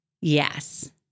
Yes